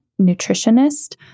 nutritionist